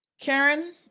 Karen